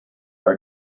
are